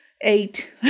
Eight